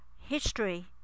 history